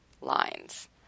lines